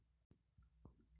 खरपतवार को कैसे रोका जाए?